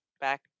back